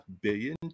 billion